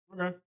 Okay